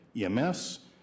EMS